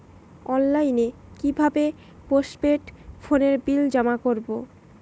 অনলাইনে কি ভাবে পোস্টপেড ফোনের বিল জমা করব?